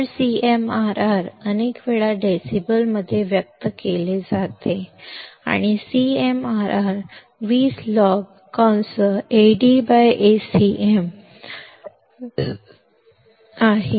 तर CMRR अनेक वेळा डेसिबलमध्ये व्यक्त केले जाते आणि CMRR 20 log AdAcm शिवाय काहीच नाही